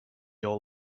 all